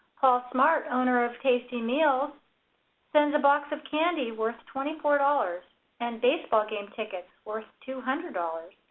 paul smart, owner of tasty meals sends a box of candy worth twenty four dollars and baseball game tickets worth two hundred dollars.